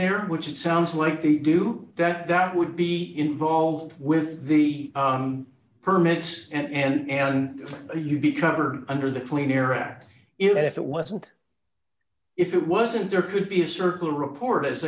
there which it sounds like they do that that would be involved with the permits and and a you'd be covered under the clean air act if it wasn't if it wasn't there could be a circle report as